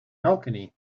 balcony